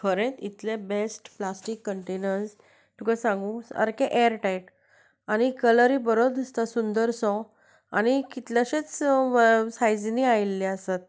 खरेंच इतले best plastic containers तुका सांगूं सारके एअर टायट आनी कलरय बरो दिसता सुंदर सो आनी कितलेशेच सायजींनी आयिल्ले आसा